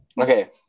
Okay